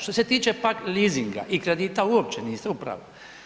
Što se tiče pak leasinga i kredita uopće, niste u pravu.